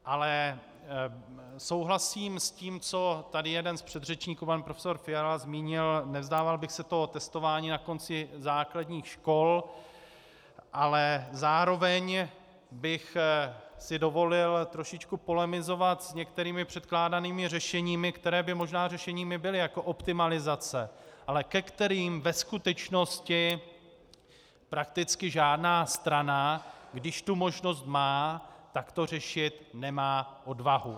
Ale souhlasím s tím, co tady jeden z předřečníků, pan profesor Fiala, mínil, nevzdával bych se toho testování na konci základních škol, ale zároveň bych si dovolil trošičku polemizovat s některými předkládanými řešeními, která by možná řešeními byla jako optimalizace, ale ke kterým ve skutečnosti prakticky žádná strana, když má možnost to řešit, nemá odvahu.